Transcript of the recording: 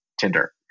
Tinder